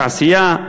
תעשייה,